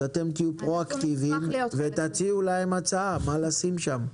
אז אתם תהיו פרואקטיביים ותציעו להם הצעה מה לשים שם.